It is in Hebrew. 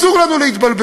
אסור לנו להתבלבל,